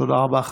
תודה רבה.